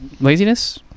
Laziness